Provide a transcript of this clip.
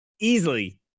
Easily